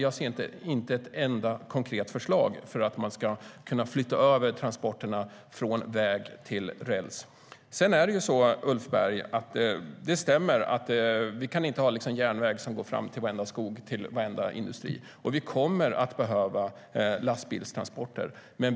Jag ser inte ett enda konkret förslag för att man ska kunna flytta över transporterna från väg till räls. Det stämmer att vi inte kan ha järnväg som går fram till varenda skog och varenda industri, Ulf Berg. Vi kommer att behöva lastbilstransporter.